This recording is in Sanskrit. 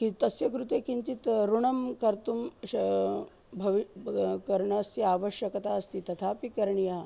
किं तस्य कृते किञ्चित् ऋणं कर्तुं श भवि करणस्य आवश्यकता अस्ति तथापि करणीयम्